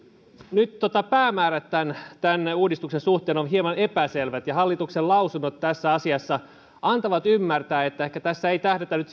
nyt päämäärät tämän tämän uudistuksen suhteen ovat hieman epäselvät ja kun hallituksen lausunnot tässä asiassa antavat ymmärtää että ehkä tässä ei tähdätä nyt